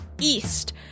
east